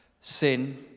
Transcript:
sin